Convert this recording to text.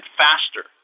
faster